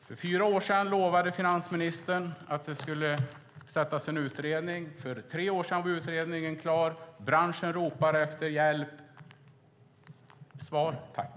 För fyra år sedan lovade finansministern att det skulle tillsättas en utredning. För tre år sedan var utredningen klar. Branschen ropar efter hjälp. Svar, tack!